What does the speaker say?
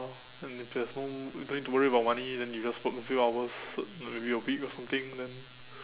and if there's no you don't need to worry about money then you just work a few hours if you are big or something then